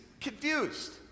confused